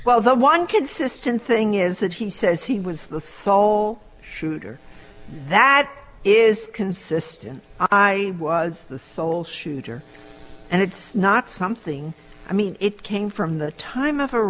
well the one consistent thing is that he says he was the sole shooter that is consistent i was the sole shooter and it's not something i mean it came from the time of